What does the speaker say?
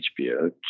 HBO